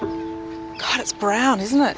it's brown isn't it.